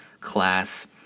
class